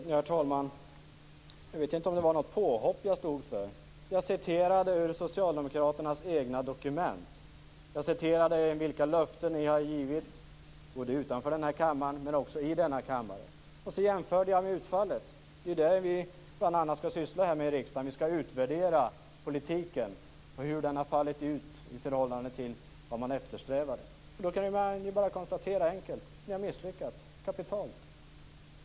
Herr talman! Jag vet inte om det var något påhopp jag stod för. Jag citerade ur socialdemokraternas egna dokument. Jag citerade de löften ni har gett, både utanför kammaren och i kammaren. Sedan jämförde jag med utfallet. Det är bl.a. det vi skall syssla med här i riksdagen. Vi skall utvärdera politiken och hur den har fallit ut i förhållande till vad man eftersträvade. Man kan bara enkelt konstatera att ni har misslyckats kapitalt.